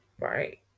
Right